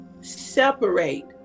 separate